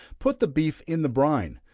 put the beef in the brine.